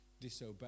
disobey